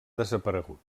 desaparegut